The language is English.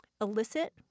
elicit